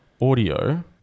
audio